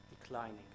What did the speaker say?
declining